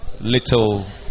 little